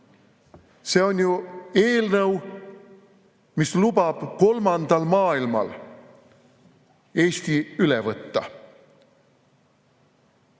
See on ju eelnõu, mis lubab kolmandal maailmal Eesti üle võtta,